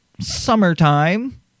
summertime